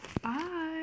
Bye